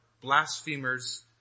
blasphemers